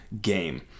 game